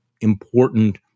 important